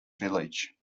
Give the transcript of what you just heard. village